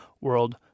world